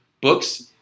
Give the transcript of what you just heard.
books